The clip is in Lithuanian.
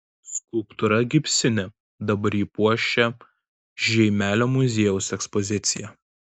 skulptūra gipsinė dabar ji puošia žeimelio muziejaus ekspoziciją